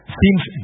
seems